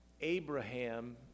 Abraham